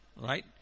right